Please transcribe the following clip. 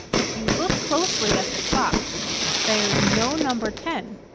if you look closely at the clock there is no number ten.